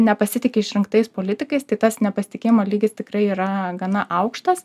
nepasitiki išrinktais politikais tai tas nepasitikėjimo lygis tikrai yra gana aukštas